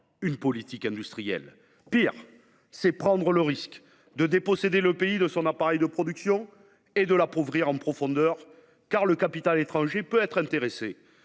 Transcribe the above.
une politique industrielle. Pis, c’est prendre le risque de déposséder le pays de son appareil de production et de l’appauvrir en profondeur, car le capital étranger peut être tenté